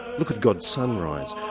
look at god's sunrise,